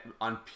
on